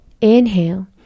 inhale